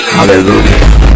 Hallelujah